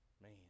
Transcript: Man